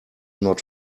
not